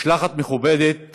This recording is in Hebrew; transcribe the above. משלחת מכובדת